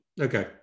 Okay